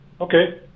Okay